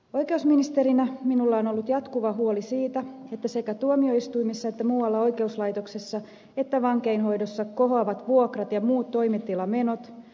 oikeusministerinä minulla on ollut jatkuva huoli siitä että sekä tuomioistuimissa että muualla oikeuslaitoksessa ja vankeinhoidossa kohoavat vuokrat ja muut toimitilamenot